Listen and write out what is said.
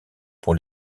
pour